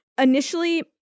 Initially